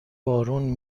بارون